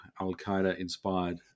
al-Qaeda-inspired